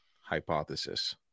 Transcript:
hypothesis